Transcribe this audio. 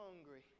hungry